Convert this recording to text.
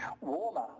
warmer